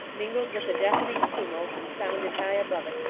mingled with the deafening tumult and sounded high above it,